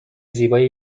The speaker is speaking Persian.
زیبایی